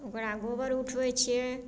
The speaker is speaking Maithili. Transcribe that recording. ओकरा गोबर उठबै छियै